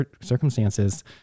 circumstances